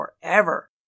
forever